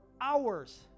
hours